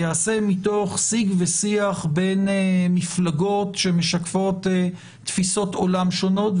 וייעשה מתוך שיח בין מפלגות שמשקפות תפיסות עולם שונות.